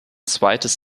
zweites